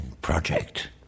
project